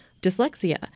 dyslexia